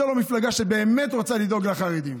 זו לא מפלגה שבאמת רוצה לדאוג לחרדים.